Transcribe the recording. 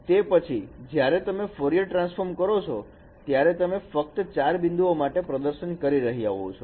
તે પછી જ્યારે તમે ફોરિયર ટ્રાન્સફોર્મ કરો છો ત્યારે તમે ફક્ત ચાર બિંદુ માટે પ્રદર્શન કરી રહ્યા છો